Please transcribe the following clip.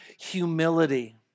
humility